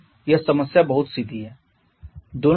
तो यह समस्या बहुत सीधी है